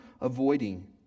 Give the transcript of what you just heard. avoiding